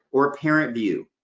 or parent view.